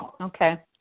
Okay